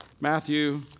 Matthew